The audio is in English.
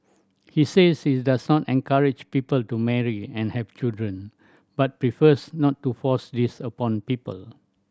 he says his does encourage people to marry and have children but prefers not to force this upon people